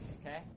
okay